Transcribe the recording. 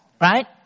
Right